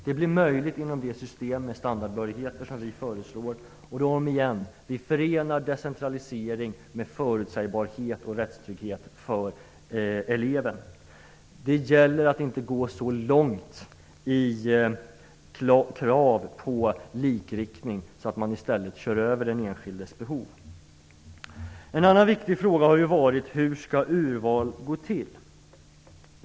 Det blir möjligt genom det system med standardbehörigheter som vi föreslår. Återigen: Vi förenar decentralisering med förutsägbarhet och rättstrygghet för eleven. Det gäller att inte gå så långt i kraven på likriktning att den enskildes behov i stället körs över. En annan viktig fråga har varit hur urvalet skall gå till.